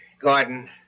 Gordon